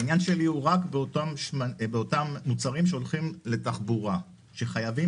העניין שלי הוא רק באותם מוצרים שהולכים לתחבורה שחייבים